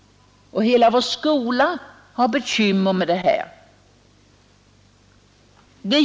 Hela vår skola har bekymmer med detta problem.